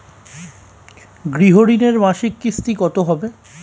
গৃহ ঋণের মাসিক কিস্তি কত হবে?